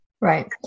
Right